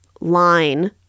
line